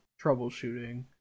troubleshooting